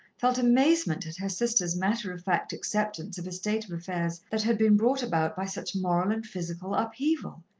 felt amazement at her sister's matter-of-fact acceptance of a state of affairs that had been brought about by such moral and physical upheaval.